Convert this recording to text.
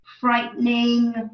frightening